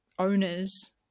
Owners